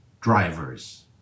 drivers